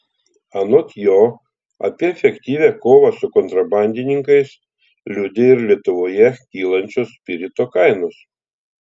anot jo apie efektyvią kovą su kontrabandininkais liudija ir lietuvoje kylančios spirito kainos